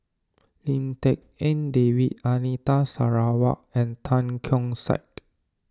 Lim Tik En David Anita Sarawak and Tan Keong Saik